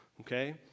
okay